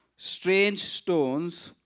strange stones.